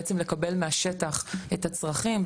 בעצם לקבל מהשטח את הצרכים,